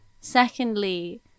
secondly